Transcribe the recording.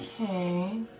Okay